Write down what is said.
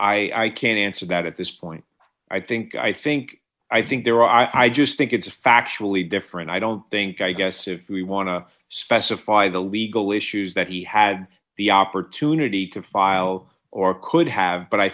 i can't answer that at this point i think i think i think they're i i just think it's factually different i don't think i guess if we want to specify the legal issues that he had the opportunity to file or could have but i